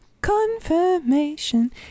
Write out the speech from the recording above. Confirmation